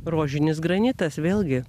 rožinis granitas vėlgi